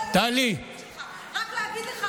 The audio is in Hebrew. אני לא עומדת,